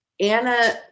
Anna